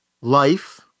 Life